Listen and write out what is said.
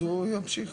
זה הבסיס.